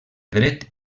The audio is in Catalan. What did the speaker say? dret